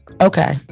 okay